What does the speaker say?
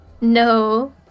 No